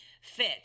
fit